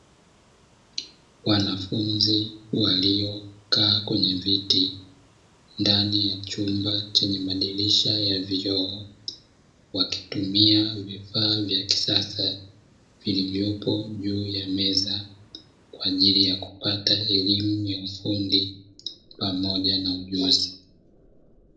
Wanafunzi waliokaa kwenye viti ndani ya chumba chenye madirisha ya vioo wakitumia vifaa vya kisasa vilivyopo juu ya meza kwa ajili ya kupata elimu ya ufundi pamoja na ujuzi.